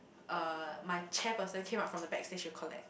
uh my chairperson came out from the backstage to collect